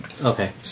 Okay